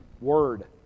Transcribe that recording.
Word